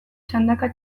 txandaka